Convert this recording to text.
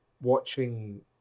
watching